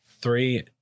three